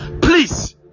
Please